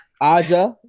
Aja